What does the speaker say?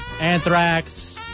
Anthrax